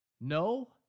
No